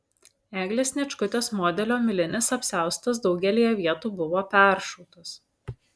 eglės sniečkutės modelio milinis apsiaustas daugelyje vietų buvo peršautas